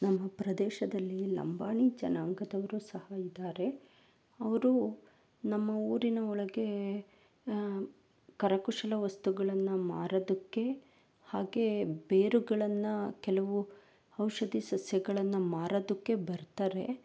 ನಮ್ಮ ಪ್ರದೇಶದಲ್ಲಿ ಲಂಬಾಣಿ ಜನಾಂಗದವರು ಸಹ ಇದ್ದಾರೆ ಅವರು ನಮ್ಮ ಊರಿನ ಒಳಗೆ ಕರಕುಶಲ ವಸ್ತುಗಳನ್ನು ಮಾರೋದಕ್ಕೆ ಹಾಗೇ ಬೇರುಗಳನ್ನು ಕೆಲವು ಔಷಧಿ ಸಸ್ಯಗಳನ್ನು ಮಾರೋದಕ್ಕೆ ಬರ್ತಾರೆ